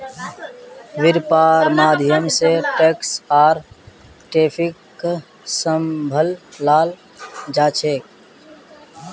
वैपार्र माध्यम से टैक्स आर ट्रैफिकक सम्भलाल जा छे